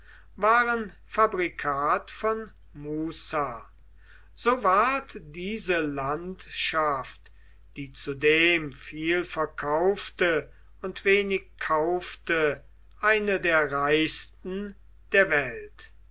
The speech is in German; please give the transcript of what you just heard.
waren fabrikat von muza so ward diese landschaft die zudem viel verkaufte und wenig kaufte eine der reichsten der welt